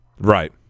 Right